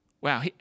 Wow